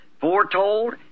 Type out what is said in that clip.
Foretold